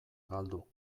galdu